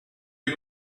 you